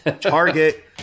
target